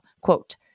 quote